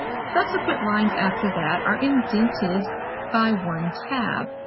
subsequent lines after that are indented by one tab.